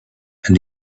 and